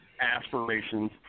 aspirations